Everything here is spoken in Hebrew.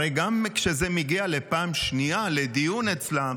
הרי גם כשזה מגיע בפעם השנייה לדיון אצלם,